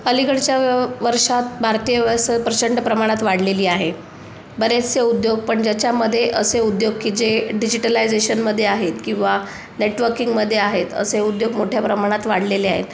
अलीकडच्या व वर्षात भारतीय प्रचंड प्रमाणात वाढलेली आहे बरेचसे उद्योग पण ज्याच्यामध्ये असे उद्योग की जे डिजिटलायझेशनमध्ये आहेत किंवा नेटवर्किंगमध्ये आहेत असे उद्योग मोठ्या प्रमाणात वाढलेले आहेत